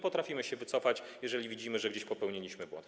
Potrafimy się wycofać, jeżeli widzimy, że gdzieś popełniliśmy błąd.